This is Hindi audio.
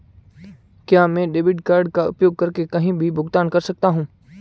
क्या मैं डेबिट कार्ड का उपयोग करके कहीं भी भुगतान कर सकता हूं?